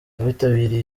abitabiriye